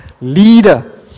leader